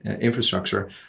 infrastructure